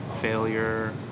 failure